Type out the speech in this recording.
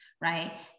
Right